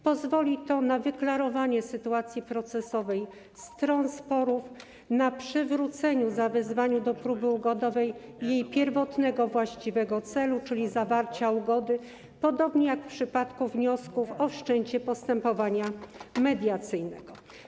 Pozwoli to na wyklarowanie sytuacji procesowej stron sporów i przywrócenie zawezwaniu do próby ugodowej pierwotnego właściwego celu, jakim jest zawarcie ugody, podobnie jak w przypadku wniosków o wszczęcie postępowania mediacyjnego.